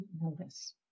notice